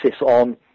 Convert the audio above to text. on